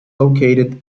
located